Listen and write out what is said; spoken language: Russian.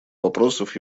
вопросов